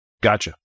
Gotcha